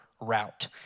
route